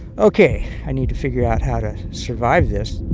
ok, i need to figure out how to survive this